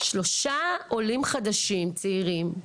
שלושה עולים חדשים וצעירים,